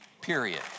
period